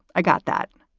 i got that.